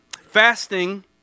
Fasting